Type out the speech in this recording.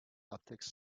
optics